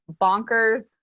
bonkers